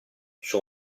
suo